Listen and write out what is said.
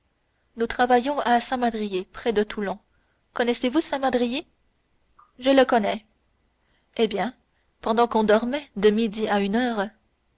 nous travaillions à saint mandrier près de toulon connaissez-vous saint mandrier je le connais eh bien pendant qu'on dormait de midi à une heure